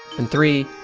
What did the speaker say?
and three,